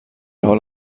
حال